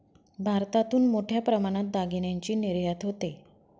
भारतातून मोठ्या प्रमाणात दागिन्यांची निर्यात होते